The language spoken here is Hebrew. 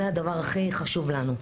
זה הדבר הכי חשוב לנו.